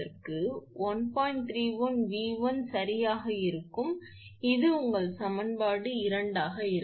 31𝑉1 சரியாக இருக்கும் இது உங்கள் சமன்பாடு 2 ஆக இருக்கும்